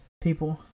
people